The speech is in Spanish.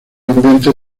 ambiente